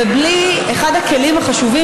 לפי החוק,